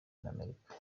n’amerika